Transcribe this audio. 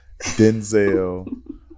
Denzel